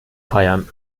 feiern